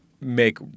make